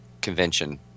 convention